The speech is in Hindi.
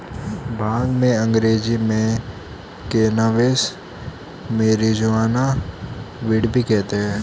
भांग को अंग्रेज़ी में कैनाबीस, मैरिजुआना, वीड भी कहते हैं